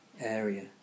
area